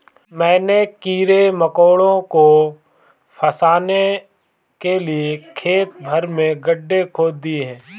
मैंने कीड़े मकोड़ों को फसाने के लिए खेत भर में गड्ढे खोद दिए हैं